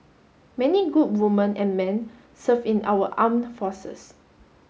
many good women and men serve in our armed forces